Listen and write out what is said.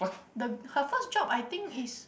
the her first job I think is